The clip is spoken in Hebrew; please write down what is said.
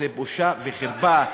זה בושה וחרפה,